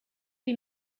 him